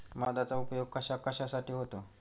मधाचा उपयोग कशाकशासाठी होतो?